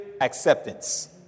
acceptance